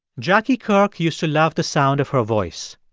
jackie kirk used to love the sound of her voice.